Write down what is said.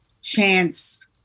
chance